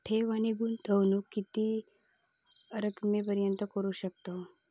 ठेव आणि गुंतवणूकी किती रकमेपर्यंत करू शकतव?